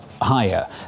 higher